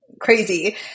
crazy